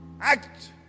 act